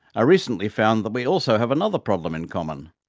i recently found that we also have another problem in common.